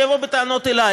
שיבוא בטענות אלי.